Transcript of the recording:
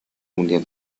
mundial